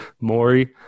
Maury